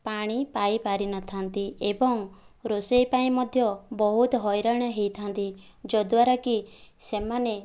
ପାଣି ପାଇପାରିନଥାନ୍ତି ଏବଂ ରୋଷେଇ ପାଇଁ ମଧ୍ୟ ବହୁତ ହଇରାଣ ହୋଇଥାନ୍ତି ଯଦ୍ଵାରା କି ସେମାନେ